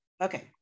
okay